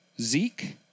Zeke